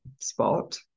spot